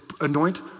anoint